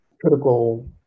critical